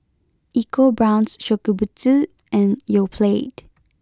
ecoBrown's Shokubutsu and Yoplait